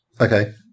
Okay